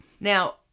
Now